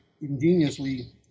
ingeniously